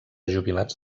jubilats